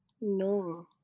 No